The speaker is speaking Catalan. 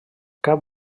cap